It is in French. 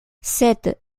cette